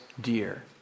dear